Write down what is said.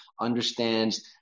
understands